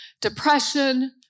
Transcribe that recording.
depression